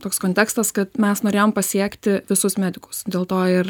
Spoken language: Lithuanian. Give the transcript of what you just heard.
toks kontekstas kad mes norėjom pasiekti visus medikus dėl to ir